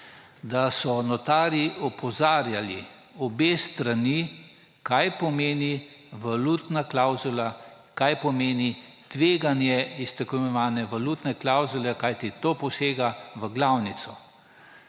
da so notarji opozarjali obe strani, kaj pomeni valutna klavzula, kaj pomeni tveganje iz tako imenovane valutne klavzule, kajti to posega v glavnico.